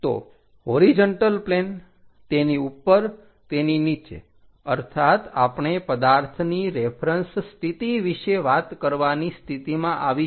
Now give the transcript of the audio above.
તો horizontal plane તેની ઉપર તેની નીચે અર્થાત આપણે પદાર્થની રેફરેન્સ સ્થિતિ વિશે વાત કરવાની સ્થિતિમાં આવીશું